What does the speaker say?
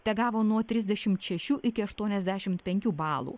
tegavo nuo trisdešimt šešių iki aštuoniasdešimt penkių balų